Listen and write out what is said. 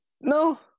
No